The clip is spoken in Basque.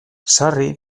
sarri